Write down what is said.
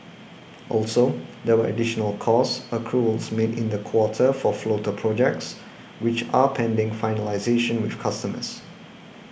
also there were additional cost accruals made in the quarter for floater projects which are pending finalisation with customers